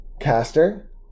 Caster